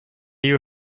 you